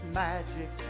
magic